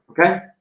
okay